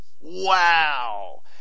wow